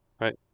right